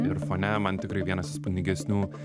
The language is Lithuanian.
ir fone man tikrai vienas įspūdingesnių